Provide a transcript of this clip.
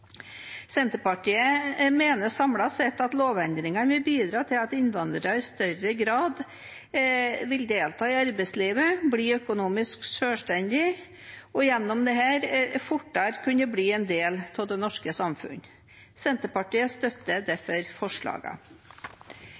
Senterpartiet mener at lovendringene samlet sett vil bidra til at innvandrere i større grad vil delta i arbeidslivet, bli økonomisk selvstendige og gjennom dette fortere kunne bli en del av det norske samfunnet. Senterpartiet støtter derfor